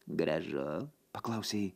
gražu paklausė ji